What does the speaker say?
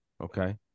Okay